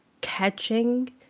catching